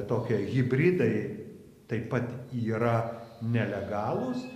tokie hibridai taip pat yra nelegalūs